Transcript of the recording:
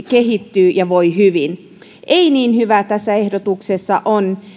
kehittyy ja voi hyvin ei niin hyvää tässä ehdotuksessa on